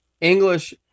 English